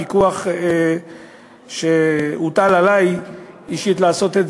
פיקוח שהוטל עלי אישית לעשות,